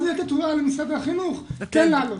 אז לתת הוראה למשרד החינוך כן לעלות.